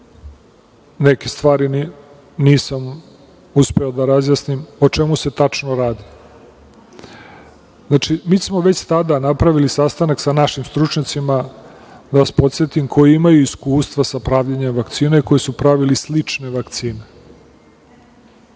neke stvari nisam uspeo da razjasnim o čemu se tačno radi. Znači, mi smo već tada napravili sastanak sa našim stručnjacima, da vas podsetim, koji imaju iskustva sa pravljenjem vakcine, koji su pravili slične vakcine.